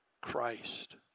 Christ